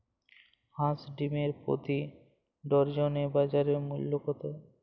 হাঁস ডিমের প্রতি ডজনে বাজার মূল্য কত?